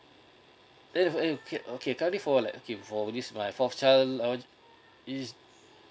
then o~ okay uh okay currently for like okay for this my fourth child is